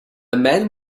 man